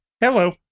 hello